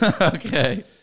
Okay